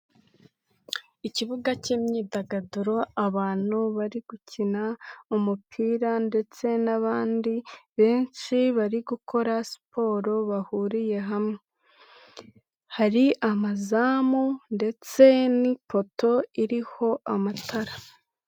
Ikibuga k'imyidagaduro abantu bari gukina umupira ,ndetse n'abandi benshi bari gukora siporo bahuriye hamwe. Hari amazamu ndetse n'ipoto iriho amatara.